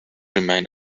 remain